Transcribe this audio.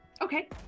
Okay